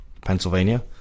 Pennsylvania